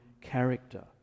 character